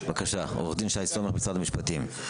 עורך דין שי סומך, משרד המשפטים.